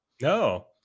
No